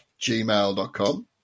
gmail.com